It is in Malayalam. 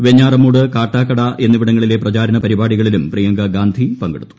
വെഞ്ഞാറമൂട് കാട്ടാക്കട എന്നിവിടങ്ങളിലെ പ്രചാരണ പരിപാടികളിലും പ്രിയങ്കാ ഗാന്ധി പങ്കെടുത്തു